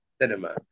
cinema